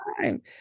time